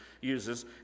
uses